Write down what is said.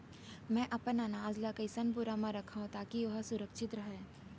मैं अपन अनाज ला कइसन बोरा म रखव ताकी ओहा सुरक्षित राहय?